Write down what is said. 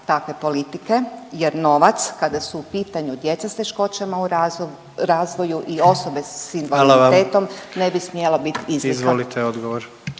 takve politike jer novac kada su u pitanju djeca sa teškoćama u razvoju i osobe sa invaliditetom ne bi smjela biti iznimka.